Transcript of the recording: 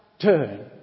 turn